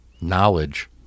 knowledge